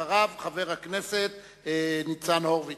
אחריו, חבר הכנסת ניצן הורוביץ,